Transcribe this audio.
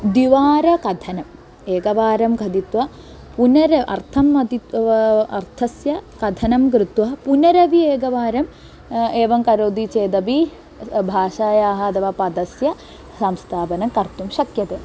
द्विवारकथनम् एकवारं खादित्वा पुनः अर्थं अतीव अर्थस्य कथनं कृत्वा पुनरपि एकवारम् एवं करोति चेदपि अतः भाषायाः अथवा पदस्य संस्थापनं कर्तुं शक्यते